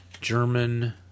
German